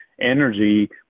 energy